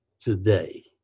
today